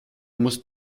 muss